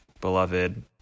beloved